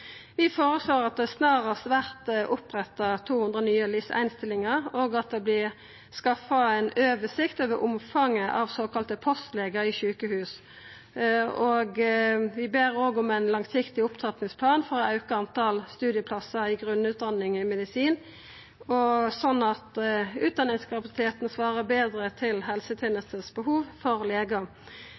Vi føreslår at det snarast vert oppretta 200 nye LIS1-stillingar, og at det vert skaffa ei oversikt over omfanget av såkalla postlegar i sjukehus. Vi ber òg om ein langsiktig opptrappingsplan for å auka talet på studieplassar i grunnutdanning i medisin, sånn at utdanningskapasiteten svarar betre til behovet for